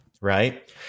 right